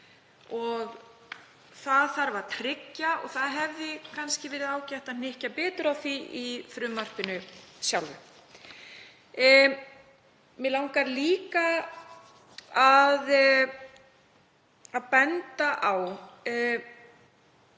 Það þarf að tryggja og hefði kannski verið ágætt að hnykkja betur á því í frumvarpinu sjálfu. Mig langar líka að benda á